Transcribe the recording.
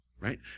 Right